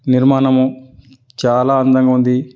నిర్మాణము చాలా అందంగా ఉంది